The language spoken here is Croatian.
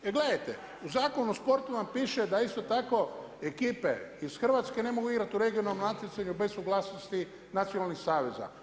Jer gledajte, u Zakonu o sportu vam piše da isto tako ekipe iz Hrvatske ne mogu igrati u regionalnom natjecanju bez suglasnosti Nacionalnih saveza.